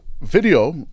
Video